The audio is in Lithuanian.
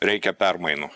reikia permainų